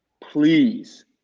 please –